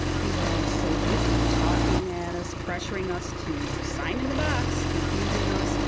they were all so busy, talking at us, pressuring us to sign in the box, confusing us.